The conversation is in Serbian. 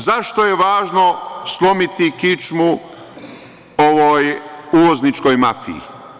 Zašto je važno slomiti kičmu ovoj uvozničkoj mafiji?